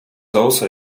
also